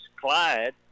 Clyde